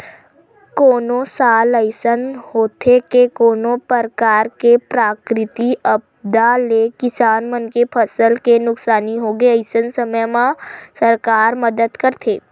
कोनो साल अइसन होथे के कोनो परकार ले प्राकृतिक आपदा ले किसान मन के फसल के नुकसानी होगे अइसन समे म सरकार मदद करथे